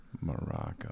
Morocco